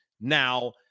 now